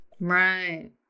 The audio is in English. Right